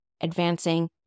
advancing